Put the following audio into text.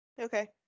Okay